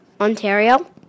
Ontario